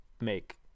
make